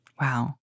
Wow